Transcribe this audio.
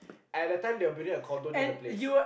and at that time they were building a condo near the place